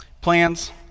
plans